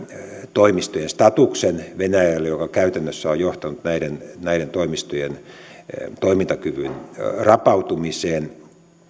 toimistojen statuksen venäjälle joka käytännössä on johtanut näiden näiden toimistojen toimintakyvyn rapautumiseen